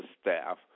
staff